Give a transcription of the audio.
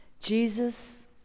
Jesus